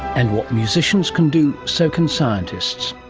and what musicians can do, so can scientists.